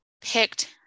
picked